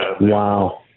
Wow